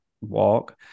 walk